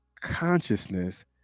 consciousness